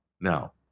Now